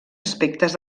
aspectes